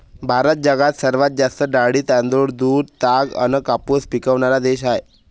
भारत जगात सर्वात जास्त डाळी, तांदूळ, दूध, ताग अन कापूस पिकवनारा देश हाय